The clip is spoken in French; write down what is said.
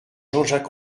jacques